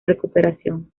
recuperación